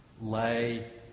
Lay